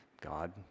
God